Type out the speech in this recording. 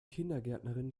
kindergärtnerin